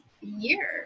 year